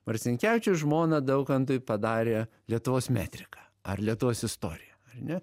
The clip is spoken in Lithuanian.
marcinkevičius žmona daukantui padarė lietuvos metriką ar lietuvos istoriją ar ne